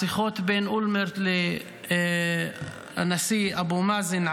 בשיחות בין אולמרט לנשיא אבו-מאזן,